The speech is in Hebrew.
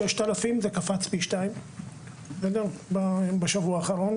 6,000. זה קפץ פי שניים בשבוע האחרון.